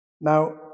Now